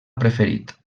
preferit